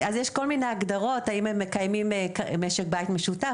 יש כל מיני הגדרות האם הם מקיימים משק בית משותף,